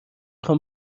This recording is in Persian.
خوام